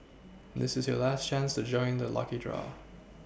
this is your last chance to join the lucky draw